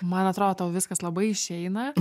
man atrodo tau viskas labai išeina